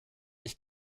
ich